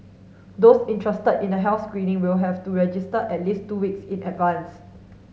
those interested in the health screening will have to register at least two weeks in advance